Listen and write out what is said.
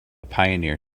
pioneer